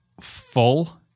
full-